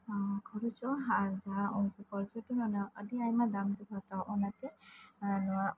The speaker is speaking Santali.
ᱠᱷᱚᱨᱚᱪᱚᱜᱼᱟ ᱟᱨ ᱡᱟᱦᱟᱸ ᱩᱱᱠᱩ ᱯᱚᱨᱡᱚᱴᱚᱱ ᱚᱱᱟ ᱟᱹᱰᱤ ᱟᱭᱢᱟ ᱫᱟᱢ ᱛᱮᱠᱩ ᱦᱟᱛᱟᱣᱟ ᱚᱱᱟᱛᱮ ᱱᱚᱣᱟ